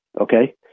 Okay